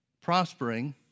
prospering